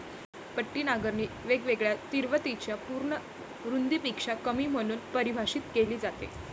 पट्टी नांगरणी वेगवेगळ्या तीव्रतेच्या पूर्ण रुंदीपेक्षा कमी म्हणून परिभाषित केली जाते